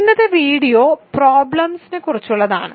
ഇന്നത്തെ വീഡിയോ പ്രോബ്ലെംസ്ക്കുറിച്ചുള്ളതാണ്